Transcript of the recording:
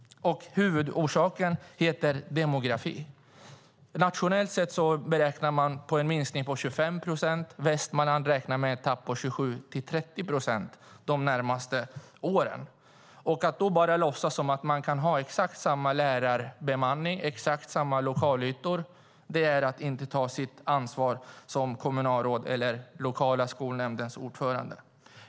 Huvudorsaken heter demografi. Nationellt sett räknar man med en minskning på 25 procent. Inom Västmanland räknar man med ett tapp på 27-30 procent de närmaste åren. Att då bara låtsas som att man kan ha exakt samma lärarbemanning och exakt samma lokalytor är att inte ta sitt ansvar som kommunalråd eller lokala skolnämndens ordförande.